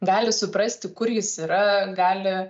gali suprasti kur jis yra gali